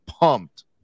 pumped